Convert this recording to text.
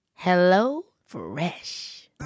HelloFresh